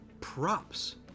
props